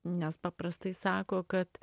nes paprastai sako kad